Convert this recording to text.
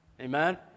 Amen